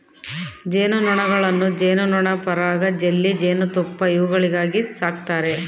ಜೇನು ನೊಣಗಳನ್ನು ಜೇನುಮೇಣ ಪರಾಗ ಜೆಲ್ಲಿ ಜೇನುತುಪ್ಪ ಇವುಗಳಿಗಾಗಿ ಸಾಕ್ತಾರೆ